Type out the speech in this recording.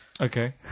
Okay